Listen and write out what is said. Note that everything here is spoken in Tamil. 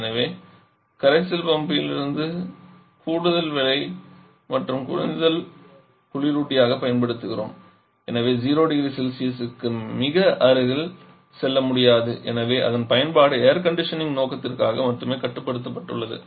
எனவே கரைசல் பம்பில் கூடுதல் வேலை மற்றும் குறைந்த வெப்பநிலையை கருத்தில் கொண்டு நாம் தண்ணீரை குளிரூட்டியாகப் பயன்படுத்துகிறோம் எனவே 0 0C க்கு மிக அருகில் செல்ல முடியாது எனவே அதன் பயன்பாடு ஏர் கண்டிஷனிங் நோக்கத்திற்காக மட்டுமே கட்டுப்படுத்தப்பட்டுள்ளது